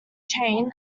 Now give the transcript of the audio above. chain